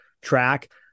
track